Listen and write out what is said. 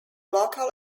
local